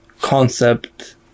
concept